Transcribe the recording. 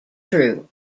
true